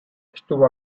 estuvo